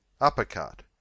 Uppercut